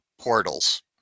portals